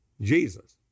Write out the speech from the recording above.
Jesus